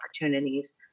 opportunities